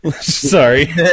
Sorry